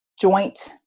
joint